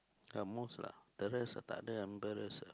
at most lah the rest takde embarrass ah